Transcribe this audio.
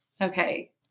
Okay